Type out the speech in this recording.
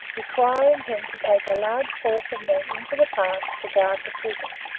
requiring him to take a large force of men into the pass to guard the prison.